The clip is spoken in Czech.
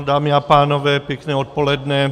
Dámy a pánové, pěkné odpoledne.